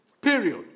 Period